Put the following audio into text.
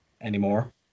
anymore